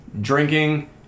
drinking